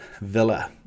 villa